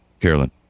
Carolyn